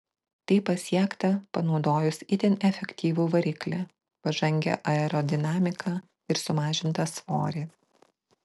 tai pasiekta panaudojus itin efektyvų variklį pažangią aerodinamiką ir sumažintą svorį